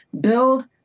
build